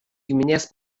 giminės